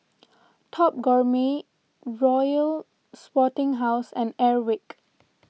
Top Gourmet Royal Sporting House and Airwick